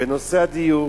בנושא הדיור,